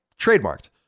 trademarked